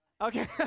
Okay